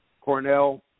Cornell